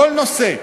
כל נושא.